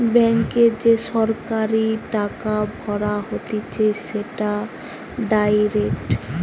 ব্যাংকে যে সরাসরি টাকা ভরা হতিছে সেটা ডাইরেক্ট